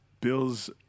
Bill's